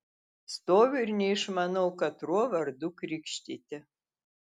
stoviu ir neišmanau katruo vardu krikštyti